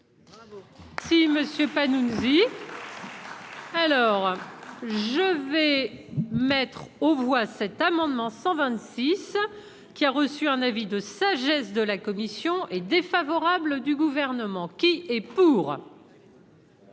Si Monsieur Panunzi. Alors, je vais mettre. Oh voit cet amendement 126 qui a reçu un avis de sagesse de la commission est défavorable du gouvernement qui est pour.